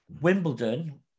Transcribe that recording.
Wimbledon